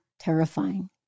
terrifying